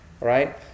right